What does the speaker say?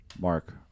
Mark